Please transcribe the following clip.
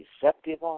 deceptive